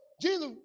Jesus